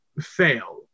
fail